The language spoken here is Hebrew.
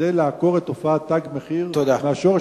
כדי לעקור את תופעת "תג מחיר" מהשורש,